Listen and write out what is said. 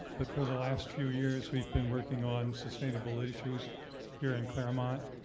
but, for the last few years we've been working on sustainable issues here in claremont.